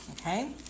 okay